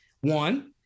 one